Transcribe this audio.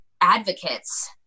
advocates